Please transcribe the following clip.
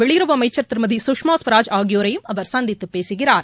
வெளியுறவு அமைச்ச் திருமதி கஷ்மா ஸ்வராஜ் ஆகியோரையும் அவர் சந்தித்து பேசுகிறார்